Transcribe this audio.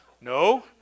No